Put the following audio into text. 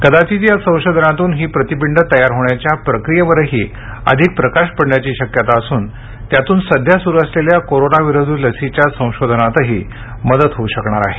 कदाचित या संशोधनातून ही प्रतिपिंड तयार होण्याच्या प्रक्रियेवरही अधिक प्रकाश पडण्याची शक्यता असून त्यातून सध्या सुरु असलेल्या कोरोना विरोधी लसीच्या संशोधनातही मदत होऊ शकणार आहे